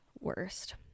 worst